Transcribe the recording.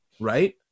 right